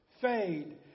fade